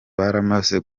baramaze